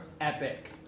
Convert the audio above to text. epic